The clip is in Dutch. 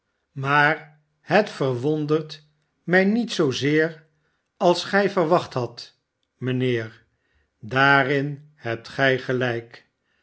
maar het verwondert mij niet zoozeer als gij verwacht hadt mijnheer daarin hebt gij gelijk